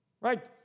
Right